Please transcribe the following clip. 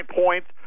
points